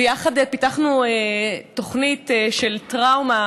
יחד פיתחנו תוכנית של טראומה